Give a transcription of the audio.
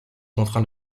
contraint